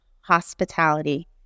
hospitality